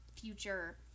future